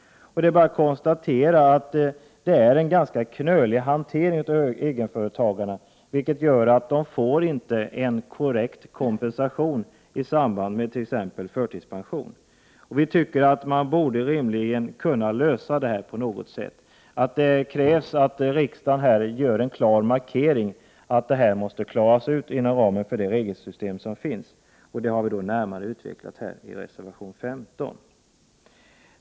Det är bara att konstatera att det är en ganska ”knölig” hantering av egenföretagarna, som gör att de inte får en korrekt kompensation i samband med t.ex. förtidspension. Vi tycker att man rimligen borde kunna lösa frågan på något sätt. Det krävs att riksdagen gör en klar markering och säger att det här måste klaras ut inom ramen för det gällande regelsystemet. Frågan har närmare utvecklats i reservation 15.